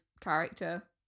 character